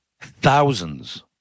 thousands